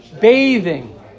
bathing